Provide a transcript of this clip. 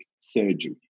surgery